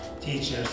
teachers